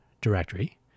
directory